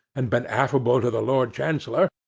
and been affable to the lord chancellor,